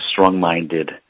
strong-minded